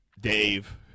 Dave